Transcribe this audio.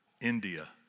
India